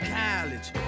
college